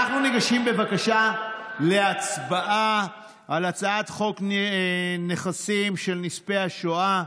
אנחנו ניגשים בבקשה להצבעה על הצעת חוק נכסים של נספי השואה,